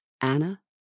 Anna